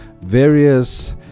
various